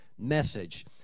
message